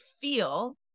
feel